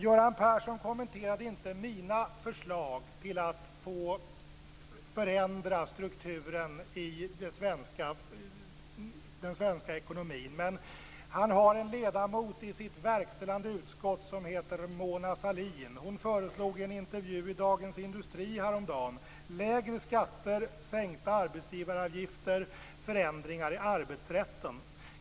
Göran Persson kommenterade inte mina förslag till att förändra strukturen i den svenska ekonomin. Men han har en ledamot i sitt verkställande utskott som heter Mona Sahlin. Hon föreslog i en intervju i Dagens Industri häromdagen lägre skatter, sänkta arbetsgivaravgifter, förändringar i arbetsrätten.